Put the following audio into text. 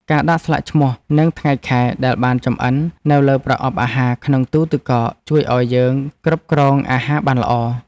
ការដាក់ស្លាកឈ្មោះនិងថ្ងៃខែដែលបានចម្អិននៅលើប្រអប់អាហារក្នុងទូរទឹកកក ជួយឱ្យយើងគ្រប់គ្រងអាហារបានល្អ។